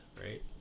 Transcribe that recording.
right